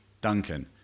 Duncan